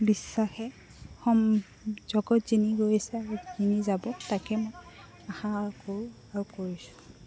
বিশ্বাসে জগত গৈছে আৰু যাব তাকে মই আশা কৰোঁ আৰু কৰিছোঁ